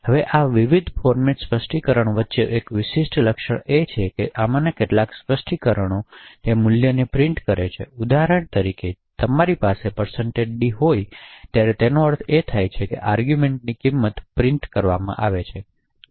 હવે આ વિવિધ ફોર્મેટ્સ સ્પષ્ટીકરણો વચ્ચેનું એક વિશિષ્ટ લક્ષણ એ છે કે આમાંના કેટલાક સ્પષ્ટીકરણો તે મૂલ્યને પ્રિન્ટ કરે છે ઉદાહરણ તરીકે જ્યારે તમારી પાસે d હોય ત્યારે તેનો અર્થ એ થાય કે આર્ગૂમેંટની કિંમત પ્રિન્ટ કરવામાં આવે છે